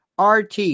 RT